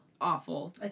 awful